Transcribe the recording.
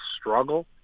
struggle